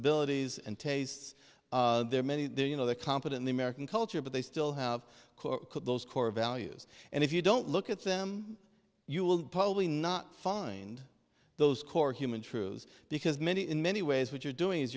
sensibilities and tastes there are many there you know they're confident the american culture but they still have those core values and if you don't look at them you will probably not find those core human truths because many in many ways what you're doing is